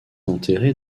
enterré